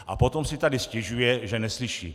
A potom si tady stěžuje, že neslyší.